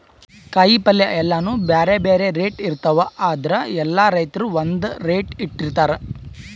ಕಾಯಿಪಲ್ಯ ಎಲ್ಲಾನೂ ಬ್ಯಾರೆ ಬ್ಯಾರೆ ರೇಟ್ ಇರ್ತವ್ ಆದ್ರ ಎಲ್ಲಾ ರೈತರ್ ಒಂದ್ ರೇಟ್ ಇಟ್ಟಿರತಾರ್